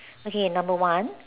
okay number one